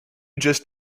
just